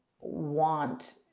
want